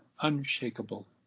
unshakable